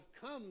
come